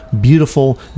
beautiful